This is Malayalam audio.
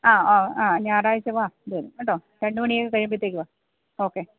ആ ഓ ആ ഞായറാഴ്ച വാ എന്തായാലും കേട്ടോ രണ്ട് മണിയൊക്കെ കഴിയുമ്പോഴത്തേക്ക് വാ ഓക്കെ